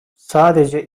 sadece